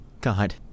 God